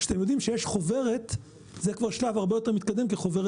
כשיש חוברת זה כבר שלב הרבה יותר מתקדם כי חוברת